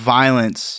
violence